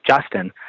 Justin